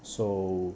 so